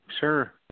Sure